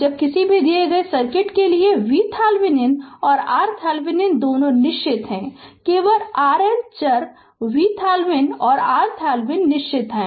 अब किसी दिए गए सर्किट के लिए कि VThevenin और RThevenin दोनों निश्चित हैं केवल RL चर VThevenin है और RTheveninनिश्चित है